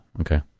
okay